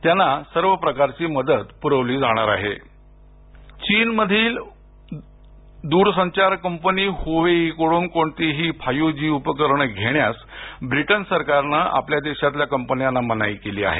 त्यांना सर्व प्रकारची मदत पुरवली जाणार चीनमधील दूरसंचार कंपनी हुवेईकडून कोणतीही फाइव्ह जी उपकरणं घेण्यास ब्रिटन सरकारनं आपल्या देशातील कंपन्यांना मनाई केली आहे